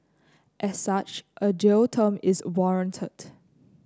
as such a jail term is warranted